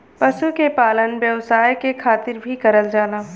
पशु के पालन व्यवसाय के खातिर भी करल जाला